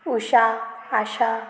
Usha Asha